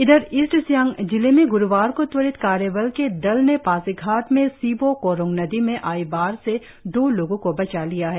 इधर ईस्ट सियांग जिले में ग्रुवार को त्वरित कार्यबल के दल ने पासीघाट में सिबो कोरोंग नदी में आई बाढ़ से दो लोगों को बचा लिया है